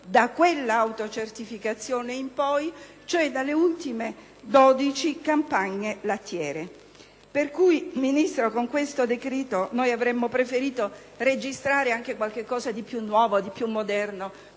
da quell'autocertificazione in poi, cioè dalle ultime dodici campagne lattiere. Signor Ministro, con questo decreto avremmo preferito registrare qualcosa di più nuovo, di più moderno,